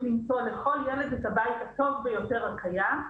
למצוא לכל ילד את הבית הטוב ביותר הקיים,